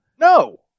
No